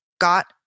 got